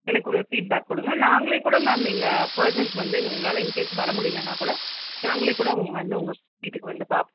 எனக்கு ஒரு ஃபீட்பேக் கொடுங்க நாங்களே கூட மேம் எங்கள் பெர்சன்ஸ் வந்து உங்களால் இன்கேஸ் வர முடியலன்னா கூட நாங்களே கூட அங்கே வந்து உங்கள் வீட்டுக்கு வந்து பார்ப்